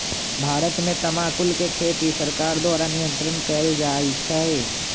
भारत में तमाकुल के खेती सरकार द्वारा नियन्त्रण कएल जाइ छइ